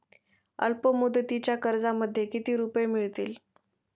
अल्पमुदतीच्या कर्जामध्ये किती रुपये मिळतील?